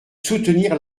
soutenir